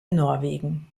norwegen